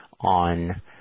on